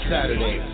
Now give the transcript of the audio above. Saturday